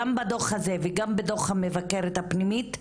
גם בדוח הזה וגם בדוח המבקרת הפנימית,